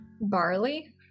Barley